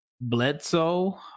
Bledsoe